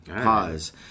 Pause